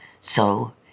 So